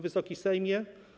Wysoki Sejmie!